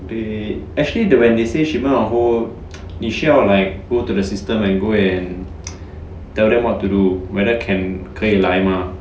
they actually when they say shipment on hold 你需要 like go to the system and go and tell them what to do whether can 可以来 mah